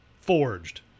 Forged